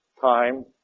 time